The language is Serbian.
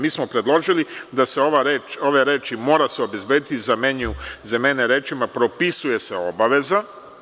Mi smo predložili da se ove reči „mora se obezbediti“, zamene rečima „propisuje se obaveza“